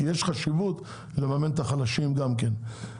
כי יש חשיבות לממן את החלשים גם כן.